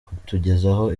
kutugezaho